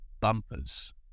bumpers